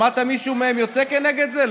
שמעת מישהו מהם יוצא כנגד זה?